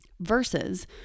versus